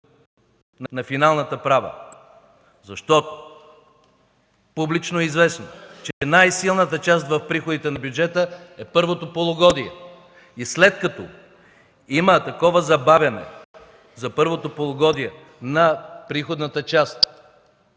на финалната права!”. Публично известно е, че най-силната част в приходите на бюджета е първото полугодие. След като има такова забавяне за първото полугодие на приходната част,